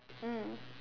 mm